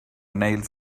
nails